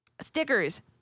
stickers